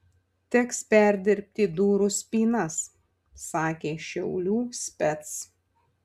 teks perdirbti durų spynas sakė šiaulių spec